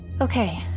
Okay